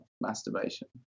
masturbation